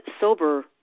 sober